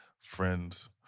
friends